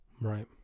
Right